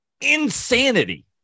insanity